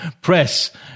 Press